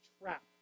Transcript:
trapped